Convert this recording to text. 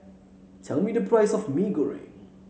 tell me the price of Mee Goreng